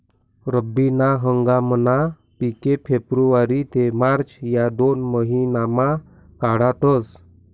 रब्बी ना हंगामना पिके फेब्रुवारी ते मार्च या दोन महिनामा काढातस